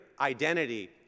identity